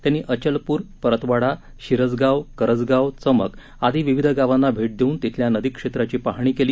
त्यांनी अचलपूर परतवाडा शिरजगाव करजगाव चमक आदी विविध गावांना भेट देऊन तिथल्या नदी क्षेत्राची पाहणी केली